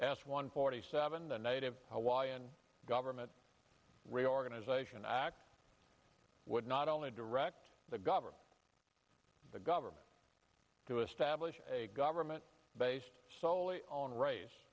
asked one forty seven the native hawaiian government reorganization act would not only direct the government the government to establish a government based